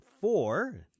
four